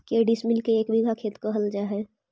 के डिसमिल के एक बिघा खेत कहल जा है?